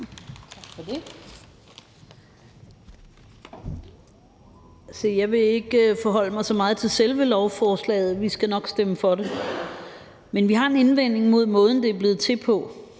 Tak for det.